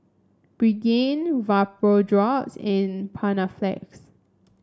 Pregain Vapodrops and Panaflex